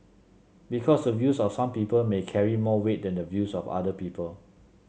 because the views of some people may carry more weight than the views of other people